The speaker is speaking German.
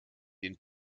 den